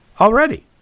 already